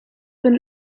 been